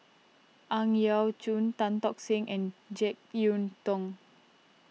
Ang Yau Choon Tan Tock Seng and Jek Yeun Thong